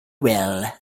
well